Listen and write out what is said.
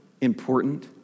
important